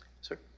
Sir